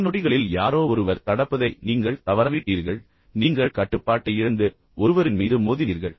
சில நொடிகளில் யாரோ ஒருவர் கடப்பதை நீங்கள் தவறவிட்டீர்கள் பின்னர் நீங்கள் கட்டுப்பாட்டை இழந்து பின்னர் நீங்கள் ஒருவரின் மீது மோதினீர்கள்